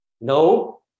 No